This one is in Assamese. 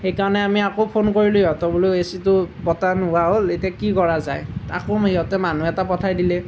সেইকাৰণে আমি আকৌ ফোন কৰিলোঁ সিহঁতৰ বোলো এচিটো বতাহ নোহোৱা হ'ল এতিয়া কি কৰা যায় আকৌ সিহঁতে মানুহ এটা পঠাই দিলে